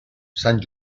sant